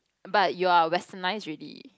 but you are westernize already